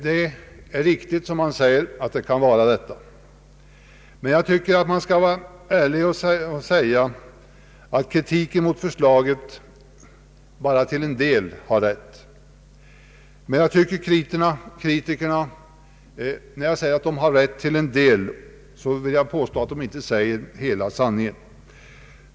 Det är riktigt att det kan vara så, men man bör vara ärlig och säga att kritiken mot förslaget bara till en del är korrekt. När jag säger att kritikerna till en del har rätt, vill jag påstå att de inte säger hela sanningen.